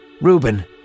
Reuben